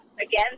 again